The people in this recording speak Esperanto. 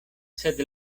sed